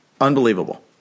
unbelievable